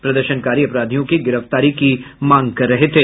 प्रदर्शनकारी अपराधियों की गिरफ्तारी की मांग कर रहे थे